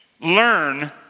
learn